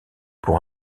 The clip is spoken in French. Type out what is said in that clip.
pour